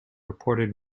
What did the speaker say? reported